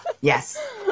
yes